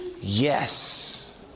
Yes